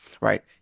right